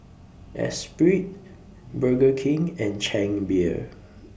Espirit Burger King and Chang Beer